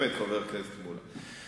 חבר הכנסת מולה.